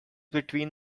between